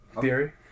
Theory